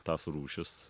tas rūšis